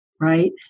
Right